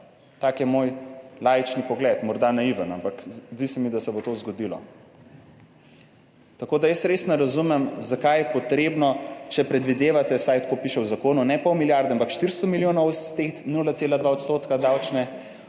Tak je moj laični pogled, morda naiven, ampak zdi se mi, da se bo to zgodilo. Tako da jaz res ne razumem, zakaj je potrebno, če predvidevate, vsaj tako piše v zakonu, ne pol milijarde, ampak 400 milijonov iz teh 0,2 % davčne